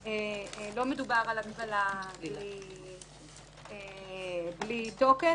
פה, לא מדובר על הגבלה בלי תוקף.